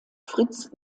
fritz